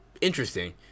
Interesting